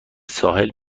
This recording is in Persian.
ساحل